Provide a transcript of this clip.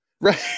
right